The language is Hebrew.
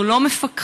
אנחנו לא מפקחים,